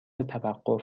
توقف